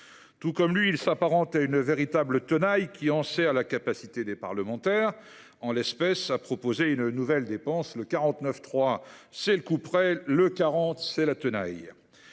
Tout comme lui, il s’apparente à une véritable tenaille, qui enserre la capacité des parlementaires – en l’espèce, à proposer une nouvelle dépense. L’article 49.3, c’est le couperet ; l’article 40, c’est la tenaille.